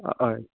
हय